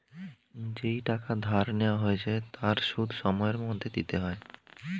যেই টাকা ধার নেওয়া হয়েছে তার সুদ সময়ের মধ্যে দিতে হয়